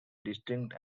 distinct